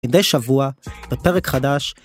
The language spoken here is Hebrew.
מידי שבוע בפרק חדש.